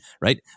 right